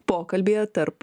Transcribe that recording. pokalbyje tarp